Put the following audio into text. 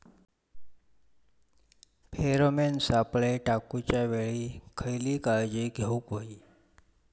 Pheromone सापळे टाकूच्या वेळी खयली काळजी घेवूक व्हयी?